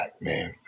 man